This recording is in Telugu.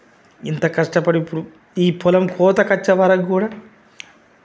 ఇంత కష్టపడి ఇప్పుడు ఈ పొలం కోతకొచ్చే వరకు కూడా